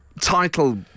title